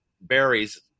berries